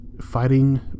fighting